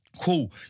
cool